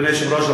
אדוני היושב-ראש,